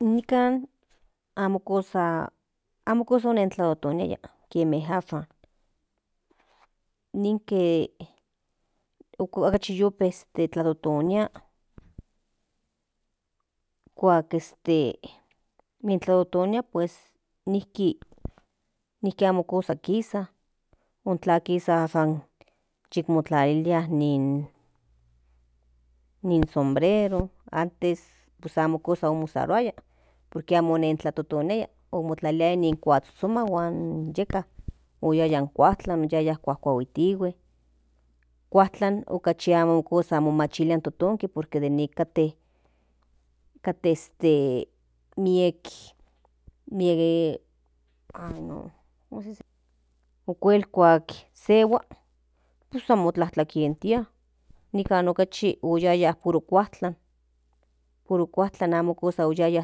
Nikan amo kosa otlatotoniaiakieme ashan ninke okachi yu pejke otlatotonia kuak este otlatotonia estenijki amo kosa kisa intla kisa san yikmotlalilia ni sombrero antes pues amo kos usruaya por que amo kosa ototoniaia otlliaya ni kuazhozhoma huan yeka oyaya in kuajtlan oyaya kuajkuahuitihue in cuaktlan okchi amo kosa machilia in totonki por que kate miek meik como se dice okual kuak sehua san mo tlatlantenkia nikan okachi oyaya puro kuajtlan amo kosa oyaya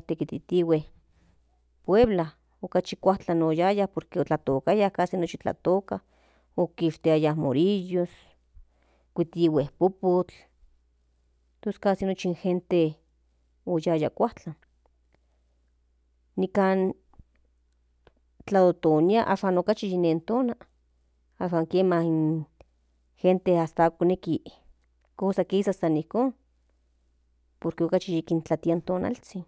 tekititihue puebla okachi oyaya kuajtlan tlatotokaya kasi nochi tlatoka okishtiaya orillos kuitihue popotl tos casi nochi in genten oyaya in kuajtlan tlatotonia ashan okachi tlanenetonal ashan kiema ako neki kisas san njikon por que okachi kintlatotonia in tonalzhin.